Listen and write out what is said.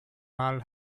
mal